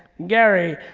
gary,